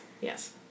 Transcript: Yes